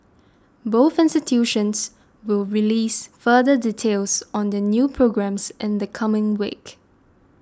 both institutions will release further details on their new programmes in the coming week